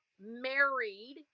married